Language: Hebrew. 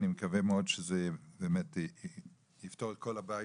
אני מקווה מאוד שזה באמת יפתור את כל הבעיות.